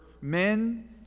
men